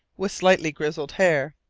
with slightly grizzled hair,